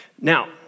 Now